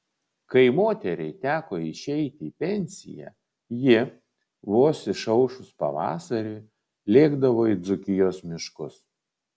kai moteriai teko išeiti į pensiją ji vos išaušus pavasariui lėkdavo į dzūkijos miškus